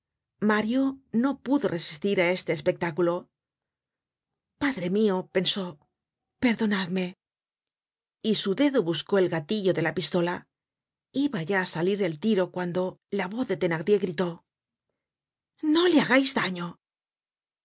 mario no pudo resistir á este espectáculo padre mio pensó perdonadme y su dedo buscó el gatillo de la pistola iba ya á salir el tiro cuando la voz de thenardier gritó no le hagais daño